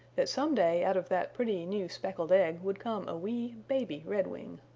that some day out of that pretty new speckled egg would come a wee baby redwing.